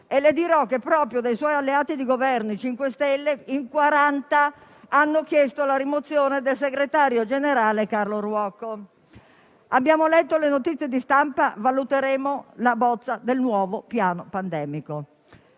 e le dirò che proprio tra i suoi alleati di Governo, i 5 Stelle, in 40 hanno chiesto la rimozione del segretario generale Ruocco. Abbiamo letto le notizie di stampa, valuteremo la bozza del nuovo piano pandemico.